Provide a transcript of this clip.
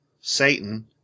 Satan